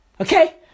Okay